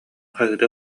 хаһыытыы